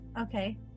Okay